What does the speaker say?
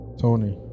Tony